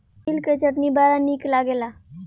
तिल के चटनी बड़ा निक लागेला